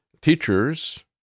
teachers